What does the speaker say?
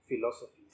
philosophies